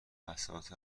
بساط